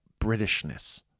Britishness